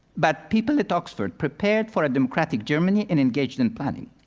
but people at oxford prepared for a democratic germany and engaged in planning.